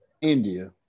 India